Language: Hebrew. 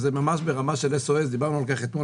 נושא אתגרי המצוקים הוא בגדר S.O.S ודיברנו על כך בפגישה אתמול.